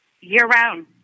year-round